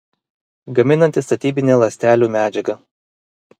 gaminanti statybinę ląstelių medžiagą